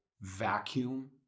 vacuum